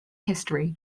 history